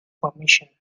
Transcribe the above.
permission